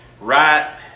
right